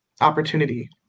opportunity